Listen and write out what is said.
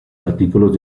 artículos